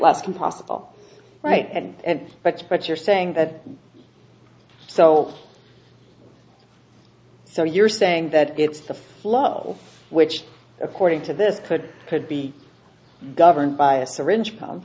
last impossible right and but but you're saying that so so you're saying that it's the flow which according to this could could be governed by a syringe